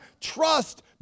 trust